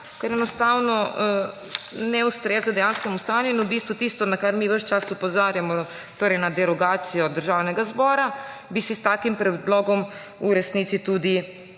ker enostavno ne ustreza dejanskemu stanju. V bistvu bi tisto, na kar mi ves čas opozarjamo, torej na derogacijo Državnega zbora, bi s takim predlogom v resnici tudi